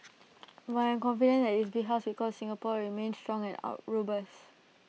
but I am confident that this big house we call Singapore will remain strong and out robust